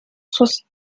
sus